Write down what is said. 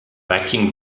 backing